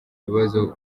bibazo